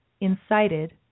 incited